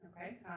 Okay